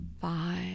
five